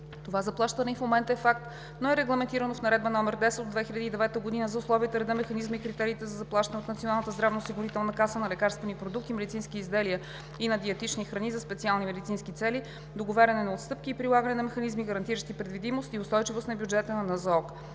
Това заплащане и в момента е факт, но е регламентирано в Наредба № 10 от 2009 г. за условията, реда, механизма и критериите за заплащане от Националната здравноосигурителна каса на лекарствени продукти, медицински изделия и на диетични храни за специални медицински цели, договаряне на отстъпки и прилагане на механизми, гарантиращи предвидимост и устойчивост на бюджета на НЗОК.